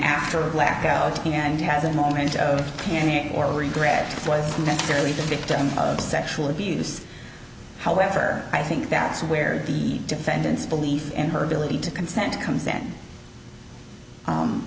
after a blackout and has a moment of panic or regret why necessarily the victim of sexual abuse however i think that's where the defendant's belief and her ability to consent comes then